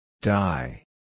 Die